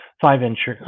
five-inch